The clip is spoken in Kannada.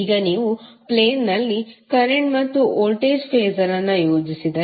ಈಗ ನೀವು ಪ್ಲೇನ್ ನಲ್ಲಿ ಕರೆಂಟ್ ಮತ್ತು ವೋಲ್ಟೇಜ್ ಫಾಸರ್ ಅನ್ನು ಯೋಜಿಸಿದರೆ